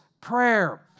prayer